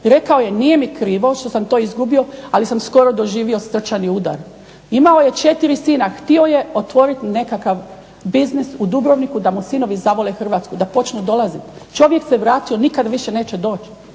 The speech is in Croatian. rekao je nije mi krivo što sam to izgubio ali doživio sam skoro srčani udar. Imao je 4 sina, htio je otvoriti nekakav biznis u Dubrovniku da mu sinovi zavole Hrvatsku, da počnu dolaziti, čovjek se vratio i nikada više neće doći.